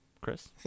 Chris